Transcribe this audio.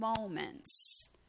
moments